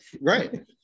Right